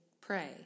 pray